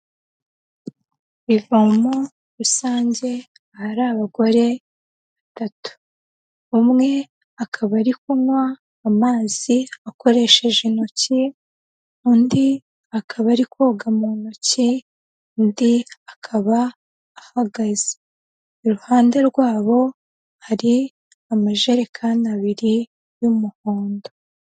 Ivomo rusange, hari abagore batatu, umwe akaba ari kunywa amazi akoresheje intoki, undi akaba ari koga mu ntoki, undi akaba ahagaze, iruhande rwabo hari amajerekani abiri y'umuhondo.